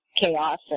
chaos